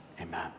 Amen